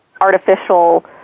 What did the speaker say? artificial